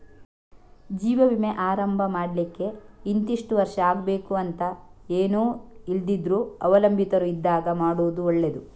ಜೀವ ವಿಮೆ ಆರಂಭ ಮಾಡ್ಲಿಕ್ಕೆ ಇಂತಿಷ್ಟು ವರ್ಷ ಆಗ್ಬೇಕು ಅಂತ ಏನೂ ಇಲ್ದಿದ್ರೂ ಅವಲಂಬಿತರು ಇದ್ದಾಗ ಮಾಡುದು ಒಳ್ಳೆದು